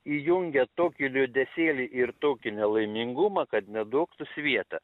įjungia tokį liūdesėli ir tokį nelaimingumą kad neduok tu svieta